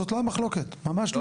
זאת לא המחלוקת, ממש לא.